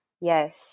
Yes